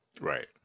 Right